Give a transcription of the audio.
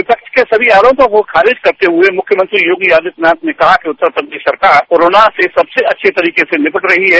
विपक्ष के सभी आरोपों को खारिज करते हुए मुख्यमंत्री योगी आदित्यनाथ ने कहा कि उत्तर प्रदेश सरकार कोरोना से सबसे अच्छे तरीके से निपट रही है